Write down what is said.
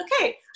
okay